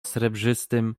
srebrzystym